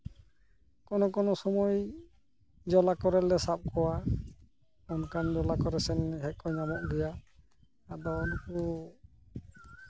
ᱠᱳᱱᱳ ᱠᱳᱱᱳ ᱥᱚᱢᱚᱭ ᱡᱚᱞᱟ ᱠᱚᱨᱮ ᱞᱮ ᱥᱟᱵ ᱠᱚᱣᱟ ᱚᱱᱠᱟᱱ ᱡᱚᱞᱟ ᱠᱚᱨᱮ ᱥᱮᱱ ᱡᱟᱦᱟᱸᱭ ᱠᱚ ᱧᱟᱢᱚᱜ ᱜᱮᱭᱟ ᱟᱫᱚ ᱱᱩᱠᱩ